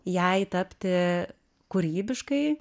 jai tapti kūrybiškai